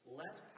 less